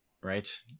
right